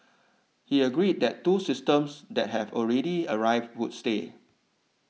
he agreed that two systems that have already arrived would stay